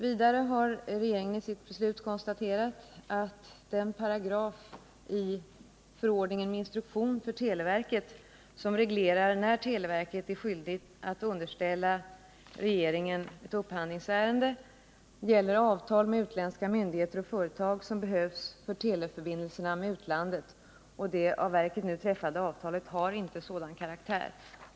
Vidare har regeringen i sitt beslut konstaterat att den paragraf i förordningen med instruktion för televerket, som reglerar när televerket är skyldigt att underställa regeringen ett upphandlingsärende, gäller avtal med utländska myndigheter och företag som behövs för teleförbindelserna med utlandet. Det av verket nu träffade avtalet har inte sådan karaktär.